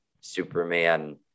superman